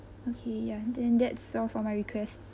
okay ya then that's all for my request